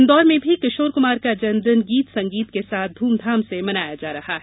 उधर इंदौर में भी किशोर कुमार का जन्म दिन गीत संगीत के साथ धूमधाम से मनाया जा रहा है